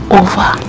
over